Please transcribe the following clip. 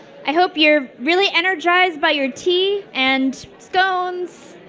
i hope you're really energized by your tea and scones